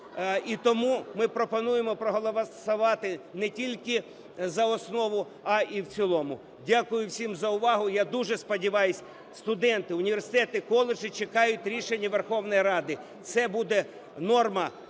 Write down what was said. і тому ми пропонуємо проголосувати не тільки за основу, а і в цілому. Дякую всім за увагу. Я дуже сподіваюся. Студенти, університети, коледжі чекають рішення Верховної Ради. Це буде норма